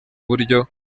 buryo